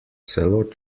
celo